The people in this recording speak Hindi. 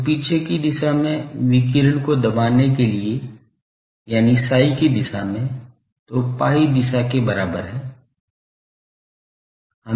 तो पीछे की दिशा में विकिरण को दबाने के लिए यानी psi की दिशा में जो pi दिशा के बराबर है